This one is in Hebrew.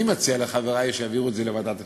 אני מציע לחברי שיעבירו את זה לוועדת החינוך.